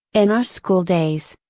in our school days,